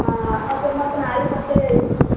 ಹಾಂ ಅಕ್ಕು ಮತ್ತೆ ನಾಳೆಗೆ ಬರ್ತಿರಿ ಐದಕ್ಕೆ ಹಂಗೆ